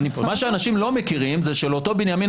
מה שאנשים לא מכירים זה שלאותו בנימין